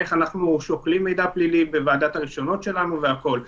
איך אנחנו שוקלים מידע פלילי בוועדת הרישיונות שלנו וכן הלאה.